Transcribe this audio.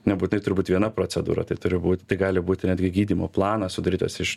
nebūtinai turi būt viena procedūra tai turi būt tai gali būti netgi gydymo planas sudarytas iš